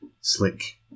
slick